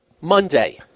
Monday